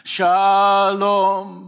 Shalom